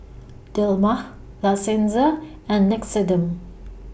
Dilmah La Senza and Nixoderm